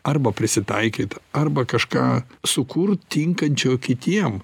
arba prisitaikyt arba kažką sukurt tinkančio kitiem